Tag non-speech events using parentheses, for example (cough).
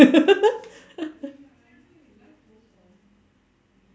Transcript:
(laughs)